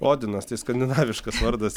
odinas tai skandinaviškas vardas